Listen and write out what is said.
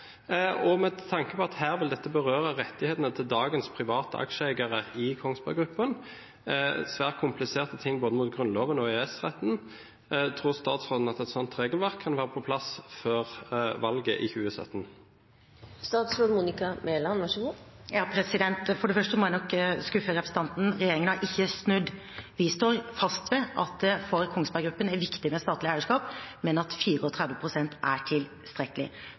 vil berøre rettighetene til dagens private aksjeeiere i Kongsberg Gruppen, svært kompliserte ting både mot Grunnloven og EØS-retten, tror statsråden at et sånt regelverk kunne være på plass før valget i 2017? For det første må jeg nok skuffe representanten: Regjeringen har ikke snudd. Vi står fast ved at det for Kongsberg Gruppen er viktig med statlig eierskap, men at 34 pst. er tilstrekkelig.